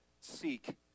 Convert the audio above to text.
seek